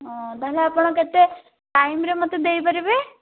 ହଁ ତା'ହେଲେ ଆପଣ କେତେ ଟାଇମ୍ରେ ମୋତେ ଦେଇପାରିବେ